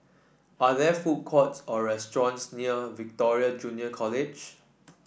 are there food courts or restaurants near Victoria Junior College